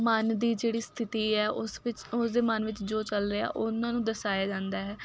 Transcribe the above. ਮਨ ਦੀ ਜਿਹੜੀ ਸਥਿਤੀ ਹੈ ਉਸ ਵਿੱਚ ਉਸਦੇ ਮਨ ਵਿੱਚ ਜੋ ਚੱਲ ਰਿਹਾ ਉਹਨਾਂ ਨੂੰ ਦਰਸਾਇਆ ਜਾਂਦਾ ਹੈ